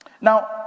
Now